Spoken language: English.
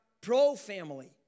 pro-family